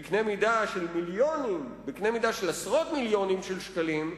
של מיליונים, של עשרות מיליונים של שקלים,